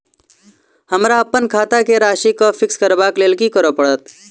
हमरा अप्पन खाता केँ राशि कऽ फिक्स करबाक लेल की करऽ पड़त?